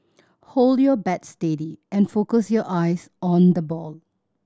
hold your bat steady and focus your eyes on the ball